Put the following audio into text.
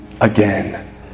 again